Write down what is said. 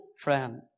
friend